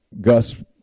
Gus